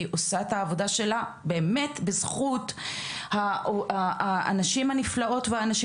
היא עושה את העבודה שלה באמת בזכות הנשים הנפלאות והאנשים